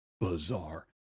bizarre